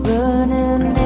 Burning